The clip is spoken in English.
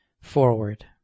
Forward